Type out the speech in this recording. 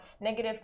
negative